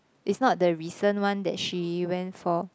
is not the recent one that she went for